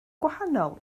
gwahanol